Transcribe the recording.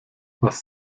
was